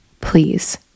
Please